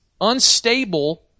unstable